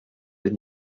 des